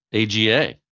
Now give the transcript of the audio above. AGA